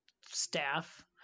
staff